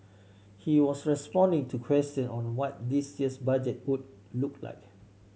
he was responding to question on what this year's Budget would look like